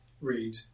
read